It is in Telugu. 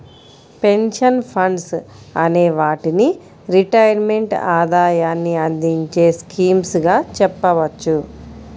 పెన్షన్ ఫండ్స్ అనే వాటిని రిటైర్మెంట్ ఆదాయాన్ని అందించే స్కీమ్స్ గా చెప్పవచ్చు